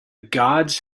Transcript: gods